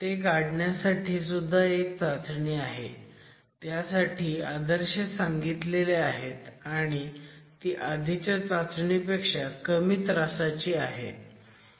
ते काढण्यासाठी सुद्धा एक चाचणी आहे त्यासाठी आदर्श सांगितलेले आहेत आणि ती आधीच्या चाचणीपेक्षा कमी त्रासाची आहे